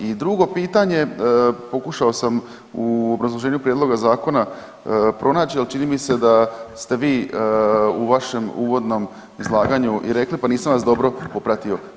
I drugo pitanje, pokušao sam u obrazloženju prijedloga zakona pronaći, ali čini mi se da ste vi u vašem uvodnom izlaganju i rekli pa nisam vas dobro popratio.